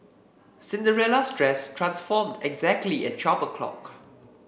Cinderella's dress transformed exactly at twelve o'clock